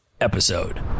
episode